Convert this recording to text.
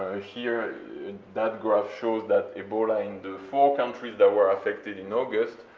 here that graph shows that ebola in the four countries that were affected in august,